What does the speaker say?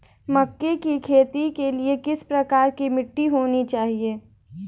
मक्के की खेती के लिए किस प्रकार की मिट्टी होनी चाहिए?